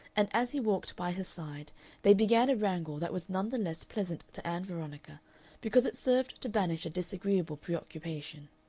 and as he walked by her side they began a wrangle that was none the less pleasant to ann veronica because it served to banish a disagreeable preoccupation.